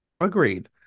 Agreed